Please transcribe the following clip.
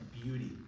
beauty